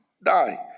die